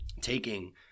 taking